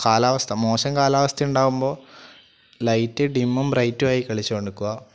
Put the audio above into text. കാലാവസ്ഥ മോശം കാലാവസ്ഥ ഉണ്ടാകുമ്പോൾ ലൈറ്റ് ഡിമ്മും ബ്രൈറ്റുവായി കളിച്ചുകൊണ്ടിരിക്കുക